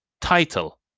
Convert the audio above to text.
Title